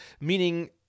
meaning